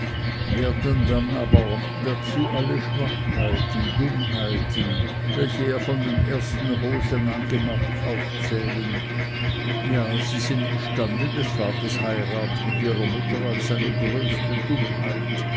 werden dann aber dazu alle schwachheiten dummheiten welche er von den ersten hosen an gemacht aufzählen ja sie sind imstande des vaters heirat mit ihrer mutter als seine größte dummheit